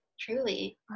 Truly